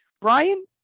brian